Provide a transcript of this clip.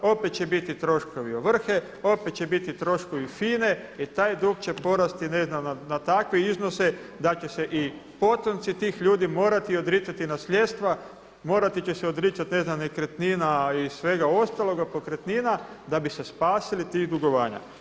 Opet će biti troškovi ovrhe, opet će biti troškove FINA-e i taj dug će porasti ne znam na takve iznose da će se i potomci tih ljudi morati odricati nasljedstva, morati će se odricati ne znam nekretnina i svega ostaloga, pokretnina da bi se spasili tih dugovanja.